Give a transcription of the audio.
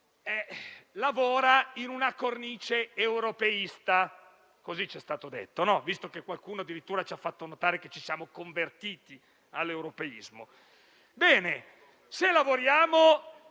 lavora in una cornice europeista. Così ci è stato detto, visto che qualcuno addirittura ci ha fatto notare che ci siamo convertiti all'europeismo. Bene, se lavoriamo